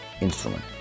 instrument